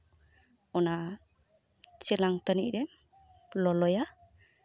ᱚᱱᱟ ᱪᱮᱞᱟᱝ ᱠᱚᱨᱮᱢ ᱞᱚᱞᱚᱭᱟ